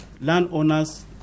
Landowners